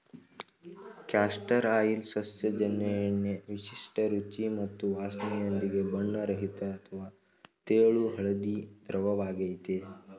castor oil ಸಸ್ಯಜನ್ಯ ಎಣ್ಣೆ ವಿಶಿಷ್ಟ ರುಚಿ ಮತ್ತು ವಾಸ್ನೆಯೊಂದಿಗೆ ಬಣ್ಣರಹಿತ ಅಥವಾ ತೆಳು ಹಳದಿ ದ್ರವವಾಗಯ್ತೆ